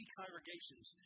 congregations